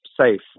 safe